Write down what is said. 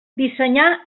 dissenyar